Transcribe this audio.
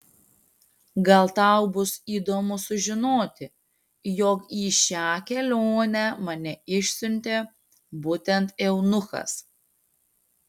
gal tau bus įdomu sužinoti jog į šią kelionę mane išsiuntė būtent eunuchas